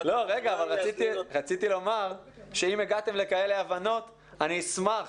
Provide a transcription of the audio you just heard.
רציתי לומר שאם הגעתם להבנות כאלה, אני אשמח